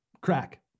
crack